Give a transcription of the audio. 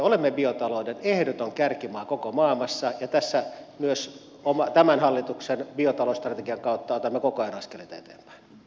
olemme myös biotalouden ehdoton kärkimaa koko maailmassa ja tässä myös tämän hallituksen biotalousstrategian kautta otamme koko ajan askeleita eteenpäin